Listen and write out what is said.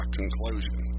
conclusion